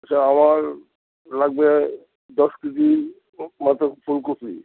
সে আমার লাগবে দশ কেজি মতো ফুলকপি